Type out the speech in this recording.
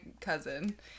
cousin